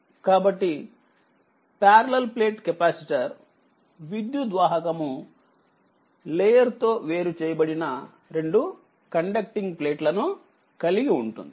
కాబట్టిపార్లల్ plate capacitor విద్యుద్వాహక layer తో వేరు చేయబడిన రెండు కండక్టింగ్ ప్లేట్లను కలిగి ఉంటుంది